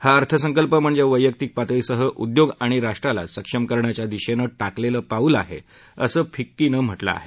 हा अर्थसंकल्प म्हणजे वैयक्तिक पातळीसह उद्योग आणि राष्ट्राला सक्षम करण्याच्या दिशेनं टाकलेलं पाऊल आहे असं फिक्कीनं म्हटलं आहे